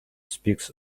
speaks